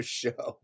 show